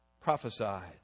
prophesied